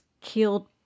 killed